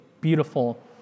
beautiful